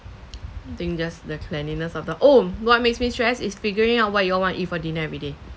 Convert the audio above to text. think just the cleanliness of the oh what makes me stress is figuring out what you all want to eat for dinner every day